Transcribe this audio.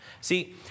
See